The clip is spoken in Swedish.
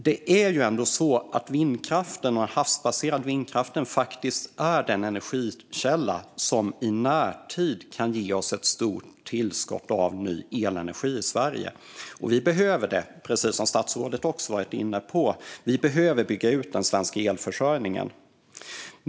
Det är ändå så att vindkraften, och framför allt den havsbaserade vindkraften, är den energikälla som i närtid kan ge oss ett stort tillskott av ny elenergi i Sverige. Vi behöver det, precis som statsrådet har varit inne på. Vi behöver bygga ut den svenska elförsörjningen.